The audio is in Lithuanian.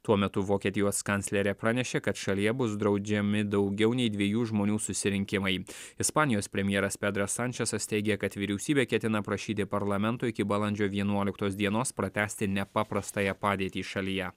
tuo metu vokietijos kanclerė pranešė kad šalyje bus draudžiami daugiau nei dviejų žmonių susirinkimai ispanijos premjeras pedras sančesas teigė kad vyriausybė ketina prašyti parlamento iki balandžio vienuoliktos dienos pratęsti nepaprastąją padėtį šalyje